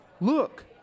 Look